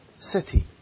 city